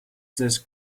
this